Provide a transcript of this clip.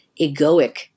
egoic